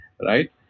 Right